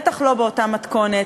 בטח לא באותה מתכונת.